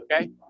Okay